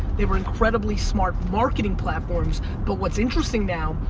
they were incredibly smart marketing platforms but what's interesting now,